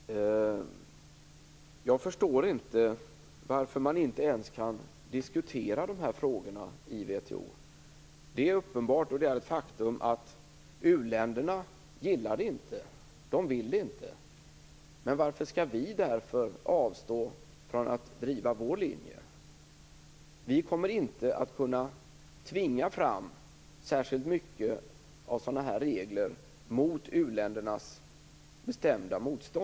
Herr talman! Jag förstår inte varför man inte ens kan diskutera dessa frågor i WTO. Det är ett faktum att u-länderna inte vill det. Men varför skall vi avstå från att driva vår linje? Vi kommer inte att kunna tvinga fram särskilt många regler av den här typen mot u-ländernas bestämda vilja.